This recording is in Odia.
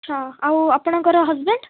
ଆଚ୍ଛା ଆଉ ଆପଣଙ୍କର ହଜବେଣ୍ଡ